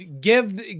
give